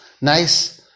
nice